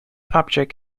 object